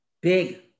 Big